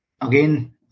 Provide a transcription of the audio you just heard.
again